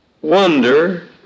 wonder